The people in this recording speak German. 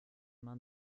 man